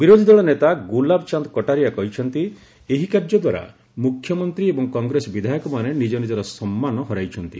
ବିରୋଧୀ ଦଳ ନେତା ଗୁଲାବ ଚାନ୍ଦ କଟାରିଆ କହିଛନ୍ତି ଏହି କାର୍ଯ୍ୟଦ୍ୱାରା ମୁଖ୍ୟମନ୍ତ୍ରୀ ଏବଂ କଂଗ୍ରେସ ବିଧାୟକମାନେ ନିଜ ନିଜର ସମ୍ମାନ ହରାଇଛନ୍ତି